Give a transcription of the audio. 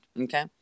okay